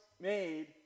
made